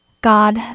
God